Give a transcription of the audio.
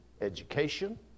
education